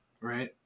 right